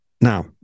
Now